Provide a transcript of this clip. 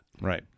Right